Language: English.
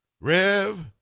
Rev